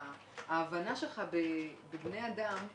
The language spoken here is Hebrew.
כי הדברים האלה באים לך מבפנים ומהלב